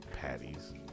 patties